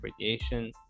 radiation